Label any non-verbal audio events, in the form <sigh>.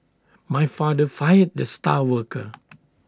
my father fired the star worker <noise>